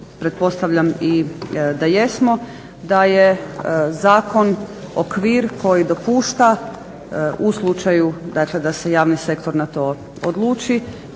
pretpostavljam i da jesmo da je zakon okvir koji dopušta u slučaju, dakle da se javni sektor na to odluči